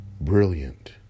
brilliant